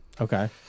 Okay